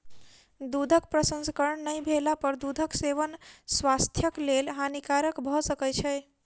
दूधक प्रसंस्करण नै भेला पर दूधक सेवन स्वास्थ्यक लेल हानिकारक भ सकै छै